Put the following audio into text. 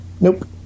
Nope